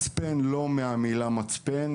שם המחלקה הוא לא מהמילה מצפן,